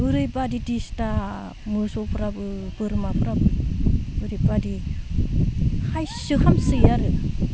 ओरैबायदि डिसटार्ब मोसौफ्राबो बोरमाफ्राबो ओरैबादि खायसो खालामसोयो आरो